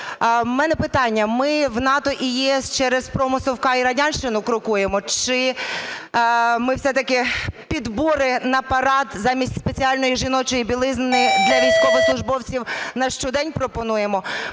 У мене питання: ми в НАТО і ЄС через промо "совка" і радянщини крокуємо, чи ми все-таки підбори на парад замість спеціальної жіночої білизни для військовослужбовців на щодень пропонуємо?